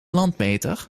landmeter